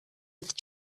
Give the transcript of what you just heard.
with